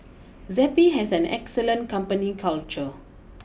Zappy has an excellent company culture